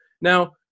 Now